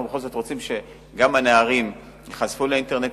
אנחנו רוצים שהנערים גם ייחשפו לאינטרנט,